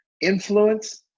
influence